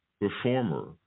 performer